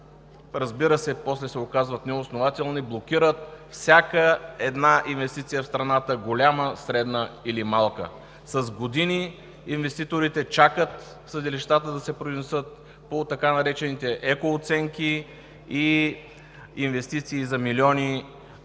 разбира се, после се оказват неоснователни, блокират всяка една инвестиция в страната – голяма, средна или малка. С години инвеститорите чакат съдилищата да се произнесат по така наречените екооценки и инвестиции за милиони,